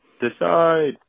Decide